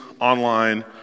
online